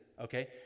okay